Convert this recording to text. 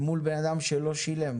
מול בן אדם שלא שילם.